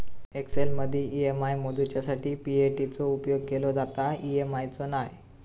एक्सेलमदी ई.एम.आय मोजूच्यासाठी पी.ए.टी चो उपेग केलो जाता, ई.एम.आय चो नाय